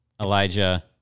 Elijah